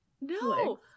No